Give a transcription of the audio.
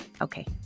Okay